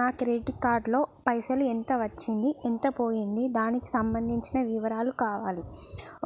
నా credit card లో పైసలు ఎంత వచ్చింది ఎంత పోయింది దానికి సంబంధించిన వివరాలు కావాలి